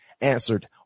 answered